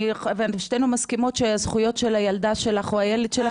ושתינו מסכימות שהזכויות של הילדה שלך או הילד שלך